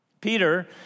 Peter